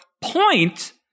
point